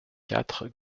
quatre